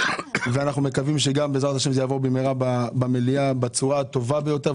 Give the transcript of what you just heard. ואנחנו מקווים שגם בעזרת השם זה יעבור במהרה במליאה בצורה הטובה ביותר,